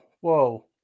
whoa